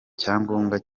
cyangombwa